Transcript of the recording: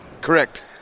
correct